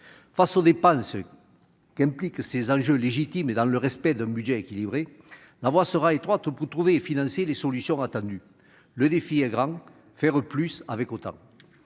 Face aux dépenses qu'impliquent ces enjeux légitimes et dans le respect d'un budget équilibré, la voie sera étroite pour trouver et financer les solutions attendues. Le défi est grand : faire plus avec autant